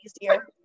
easier